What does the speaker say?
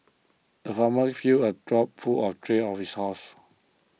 the farmer filled a trough full of hay for his horses